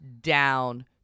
down